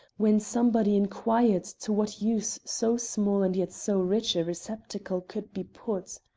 when somebody inquired to what use so small and yet so rich a receptacle could be put.